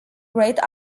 great